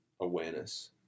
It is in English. awareness